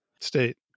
State